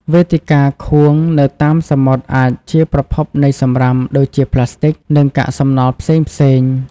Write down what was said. វេទិកាខួងនៅតាមសមុទ្រអាចជាប្រភពនៃសំរាមដូចជាប្លាស្ទិក និងកាកសំណល់ផ្សេងៗ។